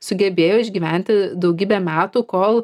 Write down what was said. sugebėjo išgyventi daugybę metų kol